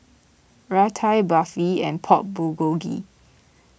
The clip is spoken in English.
Raita Barfi and Pork Bulgogi